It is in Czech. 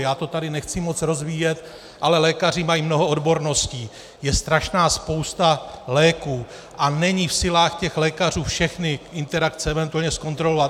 Já to tady nechci moc rozvíjet, ale lékaři mají mnoho odborností, je strašná spousta léků a není v silách lékařů všechny interakce eventuálně zkontrolovat.